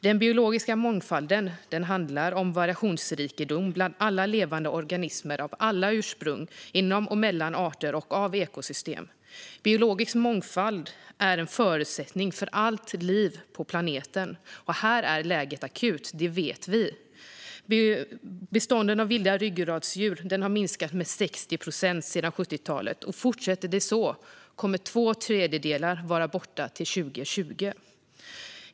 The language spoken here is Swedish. Den biologiska mångfalden handlar om variationsrikedom bland alla levande organismer av alla ursprung, inom och mellan arter och i ekosystem. Biologisk mångfald är en förutsättning för allt liv på planeten. Här är läget akut - det vet vi. Bestånden av vilda ryggradsdjur har minskat med 60 procent sedan 70-talet. Fortsätter det så kommer två tredjedelar att vara borta till 2020.